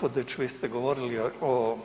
Kolega Raspudić, vi ste govorili o